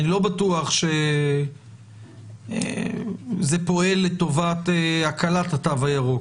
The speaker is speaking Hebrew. אני לא בטוח שזה פועל לטובת הקלת התו הירוק.